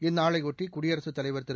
இந்நாளையொட்டி குடியரசுத் தலைவர் திரு